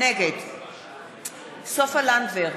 נגד סופה לנדבר,